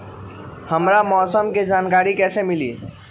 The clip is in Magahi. हमरा मौसम के जानकारी कैसी मिली?